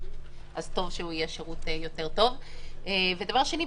אז טוב שהוא יהיה שירות יותר טוב; ודבר שני,